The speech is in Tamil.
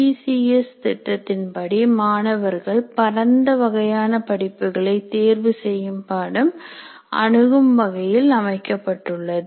சி பி சி எஸ் திட்டத்தின்படி மாணவர்கள் பரந்த வகையான படிப்புகளை தேர்வு செய்யும் பாடம் அணுகும் வகையில் அமைக்கப்பட்டுள்ளது